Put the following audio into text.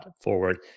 forward